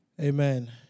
Amen